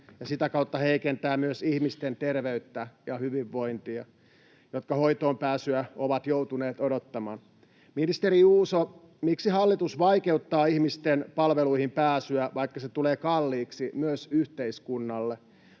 ja sitä kautta heikentää myös niiden ihmisten terveyttä ja hyvinvointia, jotka hoitoon pääsyä ovat joutuneet odottamaan. Ministeri Juuso, miksi hallitus vaikeuttaa ihmisten palveluihin pääsyä, vaikka se tulee kalliiksi myös yhteiskunnalle?